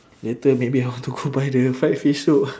later maybe I want to go buy the fried fish soup